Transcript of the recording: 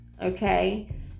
okay